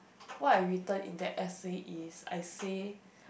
what I written in that S_A is I say